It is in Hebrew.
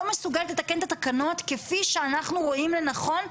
מסוגלת לתקן את התקנות כפי שאנחנו רואים לנכון,